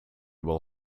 will